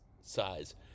size